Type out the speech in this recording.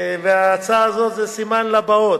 וההצעה הזאת זה סימן לבאות,